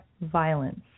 violence